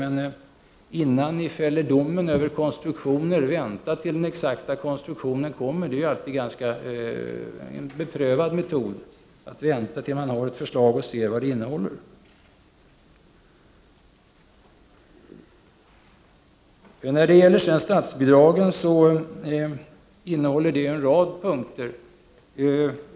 Men innan ni fäller domen över konstruktioner, vänta tills den exakta konstruktionen kommer! Det är en beprövad metod — att vänta tills man har ett förslag och ser vad det innehåller. När det gäller statsbidragen innehåller uppgörelsen en rad punkter.